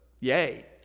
yay